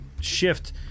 shift